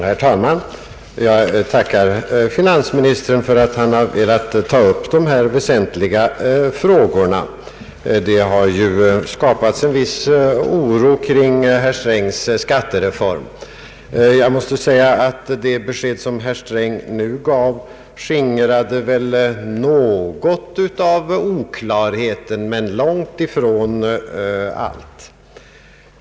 Herr talman! Jag tackar finansministern för att han velat ta upp dessa väsentliga frågor. Det har ju skapats en viss oro kring herr Strängs skattereform. Jag måste säga att det besked som herr Sträng nu gav skingrade något av oklarheten men långtifrån allt.